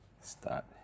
Start